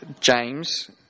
James